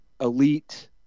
elite